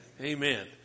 Amen